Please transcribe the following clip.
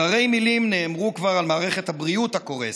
הררי מילים נאמרו כבר על מערכת הבריאות הקורסת,